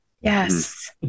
Yes